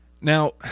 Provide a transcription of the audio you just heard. Now